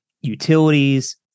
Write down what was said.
utilities